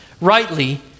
rightly